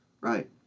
right